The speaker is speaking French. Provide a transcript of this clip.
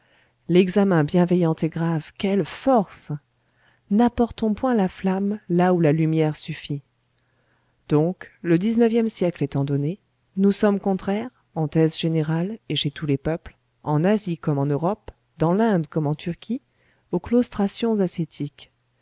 l'examen bienveillant et grave quelle force n'apportons point la flamme là où la lumière suffit donc le dix-neuvième siècle étant donné nous sommes contraire en thèse générale et chez tous les peuples en asie comme en europe dans l'inde comme en turquie aux claustrations ascétiques